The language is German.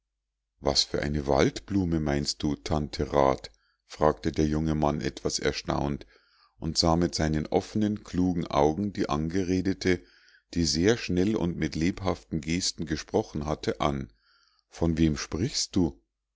was für eine waldblume meinst du tante rat fragte der junge mann etwas erstaunt und sah mit seinen offenen klugen augen die angeredete die sehr schnell und mit lebhaften gesten gesprochen hatte an von wem sprichst du